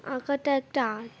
আঁকাটা একটা আর্ট